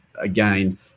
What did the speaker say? again